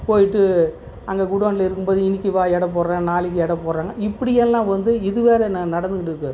போயிட்டு அங்கே குடோனில் இருக்கும் போது இன்னிக்கு வா எடை போடுறன் நாளைக்கு எடை போடுறாங்க இப்படி எல்லாம் வந்து இது வேறு நடந்துக்கிட்டிருக்கு